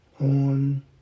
on